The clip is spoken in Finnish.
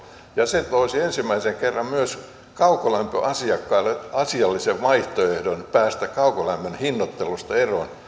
ja se toisi ensimmäisen kerran myös kaukolämpöasiakkaille asiallisen vaihtoehdon päästä kaukolämmön hinnoittelusta eroon